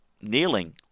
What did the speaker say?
kneeling